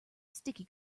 sticky